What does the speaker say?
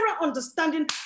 understanding